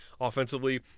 offensively